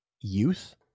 youth